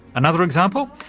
another example?